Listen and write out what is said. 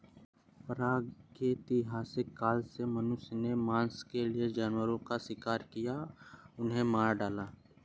प्रागैतिहासिक काल से मनुष्य ने मांस के लिए जानवरों का शिकार किया, उन्हें मार डाला